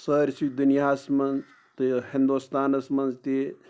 سٲرسٕے دُنیاہَس منٛز تہٕ ہِندوستانَس منٛز تہِ